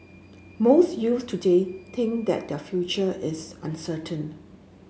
most youths today think that their future is uncertain